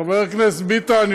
חבר הכנסת ביטן,